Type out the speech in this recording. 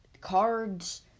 cards